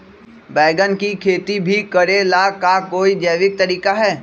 बैंगन के खेती भी करे ला का कोई जैविक तरीका है?